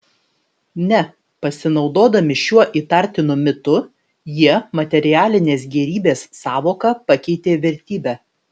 ne pasinaudodami šiuo įtartinu mitu jie materialinės gėrybės sąvoką pakeitė vertybe